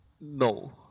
No